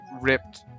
ripped